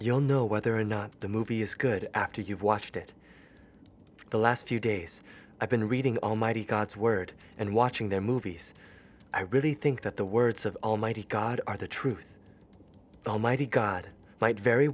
you'll know whether or not the movie is good after you've watched it the last few days i've been reading almighty god's word and watching their movies i really think that the words of almighty god are the truth the almighty god might very